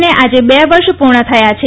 ને આજે બે વર્ષ પૂર્ણ થયા છે